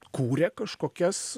kūrė kažkokias